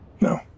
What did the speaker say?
No